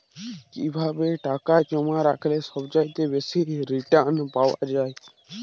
কিভাবে টাকা জমা রাখলে সবচেয়ে বেশি রির্টান পাওয়া য়ায়?